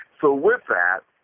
so with that,